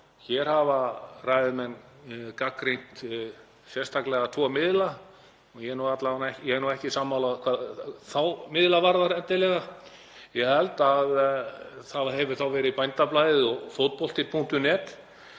Hér hafa ræðumenn gagnrýnt sérstaklega tvo miðla. Ég er ekki sammála hvað þá miðla varðar endilega, en ég held að þeir hafi verið Bændablaðið og Fótbolti.net.